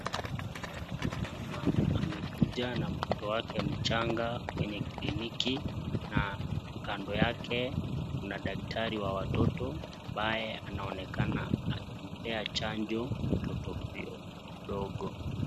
Mama amekuja na mtoto wake mchanga kwenye(cs) clinic(cs) na kando yake kuna daktari wa watoto ambaye anaonekana akimpea chanjo mtoto huyo mdogo.